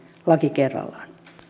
laki kerrallaan